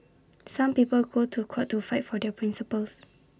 some people go to court to fight for their principles